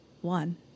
One